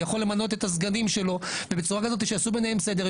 הוא יכול למנות את הסגנים שלו ובצורה כזאת שיעשו ביניהם סדר.